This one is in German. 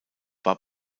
war